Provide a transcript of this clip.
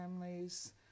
families